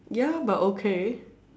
ya but okay